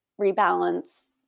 rebalance